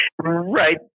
Right